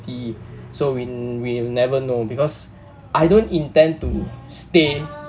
~ty so we we'll never know because I don't intend to stay